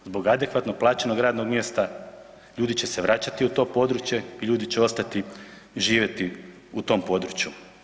Zbog adekvatnog plaćenog radnog mjesta, ljudi će se vraćati u to područje, ljudi će ostati živjeti u tom području.